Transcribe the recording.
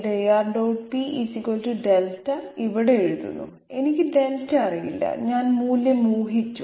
p δ ഇവിടെ എഴുതുന്നു എനിക്ക് δ അറിയില്ല ഞാൻ മൂല്യം ഊഹിച്ചു